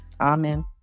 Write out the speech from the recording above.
amen